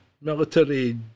military